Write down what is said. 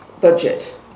budget